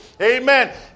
Amen